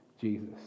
Jesus